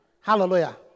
Hallelujah